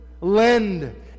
lend